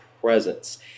presence